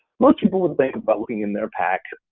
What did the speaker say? most people would think about looking in their pack,